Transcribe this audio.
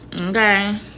okay